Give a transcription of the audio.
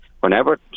Whenever